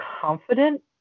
confident